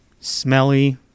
smelly